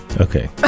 Okay